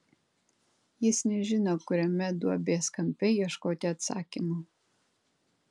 jis nežino kuriame duobės kampe ieškoti atsakymų